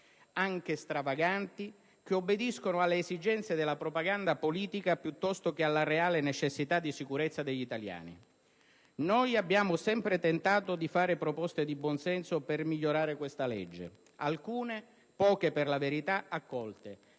anche stravaganti, che obbediscono alle esigenze della propaganda politica piuttosto che alla reale necessità di sicurezza degli italiani. Noi abbiamo sempre tentato di fare proposte di buon senso per migliorare questa legge. Alcune - poche per la verità - accolte;